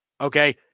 Okay